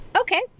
Okay